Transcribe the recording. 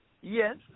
yes